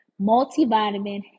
multivitamin